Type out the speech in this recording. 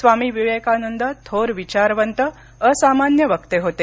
स्वामी विवेकानंद थोर विचारवंत असामान्य वक्ते होते